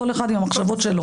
כל אחד עם המחשבות שלו.